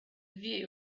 view